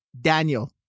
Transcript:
Daniel